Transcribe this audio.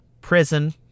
Prison